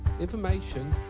information